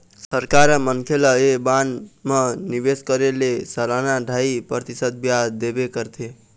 सरकार ह मनखे ल ऐ बांड म निवेश करे ले सलाना ढ़ाई परतिसत बियाज देबे करथे